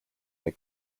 they